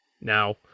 now